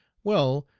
well,